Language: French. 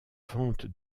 vente